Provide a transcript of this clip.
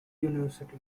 university